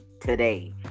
today